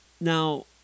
Now